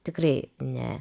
tikrai ne